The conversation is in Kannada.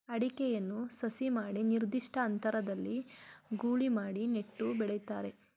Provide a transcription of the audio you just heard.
ಅಡಿಕೆಯನ್ನು ಸಸಿ ಮಾಡಿ ನಿರ್ದಿಷ್ಟ ಅಂತರದಲ್ಲಿ ಗೂಳಿ ಮಾಡಿ ನೆಟ್ಟು ಬೆಳಿತಾರೆ